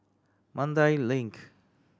Mandai Link